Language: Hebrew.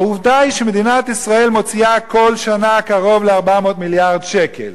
העובדה היא שמדינת ישראל מוציאה כל שנה קרוב ל-400 מיליארד שקל,